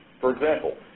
for example,